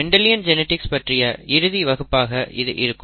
Mendelian genetics பற்றிய இறுதி வகுப்பாக இது இருக்கும்